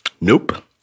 Nope